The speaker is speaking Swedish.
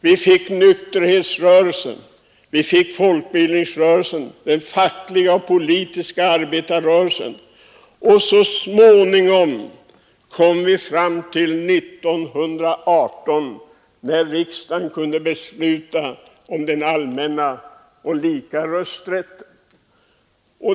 Vidare uppstod nykterhetsrörelsen, folkbildningsrörelsen, den fackliga och politiska arbetarrörelsen, och så småningom, år 1918, kunde riksdagen besluta om den allmänna och lika rösträtten.